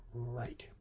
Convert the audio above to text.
right